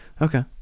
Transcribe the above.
Okay